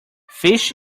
fish